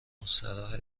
مستراحه